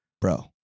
bro